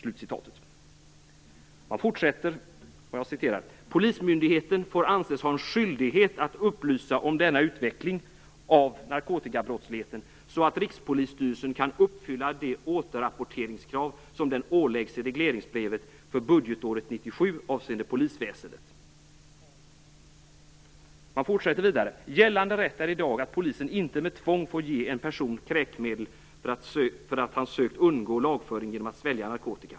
Länspolismästaren fortsätter: "Polismyndigheten får anses ha en skyldighet att upplysa om denna utveckling av narkotikabrottsligheten, så att Rikspolisstyrelsen kan uppfylla de återrapporteringskrav som den åläggs i regleringsbrevet för budgetåret 1997 Han säger vidare: "Gällande rätt är i dag att polisen inte med tvång får ge en person kräkmedel för att han sökt undgå lagföring genom att svälja narkotika.